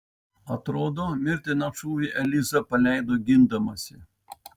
atrodo mirtiną šūvį eliza paleido gindamasi